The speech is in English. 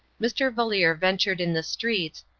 mr. valeer ventured in the streets,